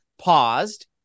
paused